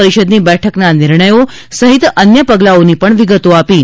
પરિષદની બેઠકના નિર્ણયો સહિત અન્ય પગલાઓની વિગતો આપી હતી